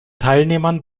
teilnehmern